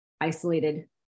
isolated